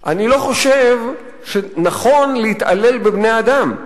אני לא חושב שנכון להתעלל בבני-אדם.